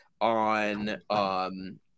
on